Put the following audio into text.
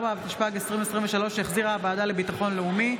24), התשפ"ג 2023, שהחזירה הוועדה לביטחון לאומי.